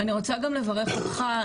אני רוצה גם לברך אותך,